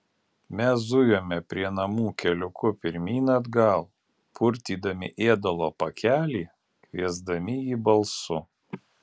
mes zujome prie namų keliuku pirmyn atgal purtydami ėdalo pakelį kviesdami jį balsu